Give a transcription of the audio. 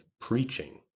preaching